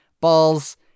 balls